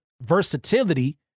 versatility